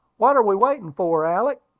what are we waiting for, alick?